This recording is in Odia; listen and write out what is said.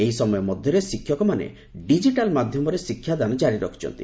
ଏହି ସମୟ ମଧ୍ୟରେ ଶିକ୍ଷକମାନେ ଡିଜିଟାଲ ମାଧ୍ୟମରେ ଶିକ୍ଷାଦାନ ଜାରି ରଖିଛନ୍ତି